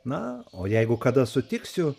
na o jeigu kada sutiksiu